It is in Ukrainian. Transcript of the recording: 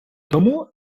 тому